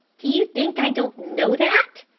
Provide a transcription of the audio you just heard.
do you think i don't know that?